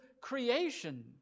creation